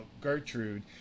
Gertrude